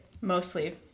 Mostly